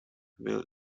will